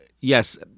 yes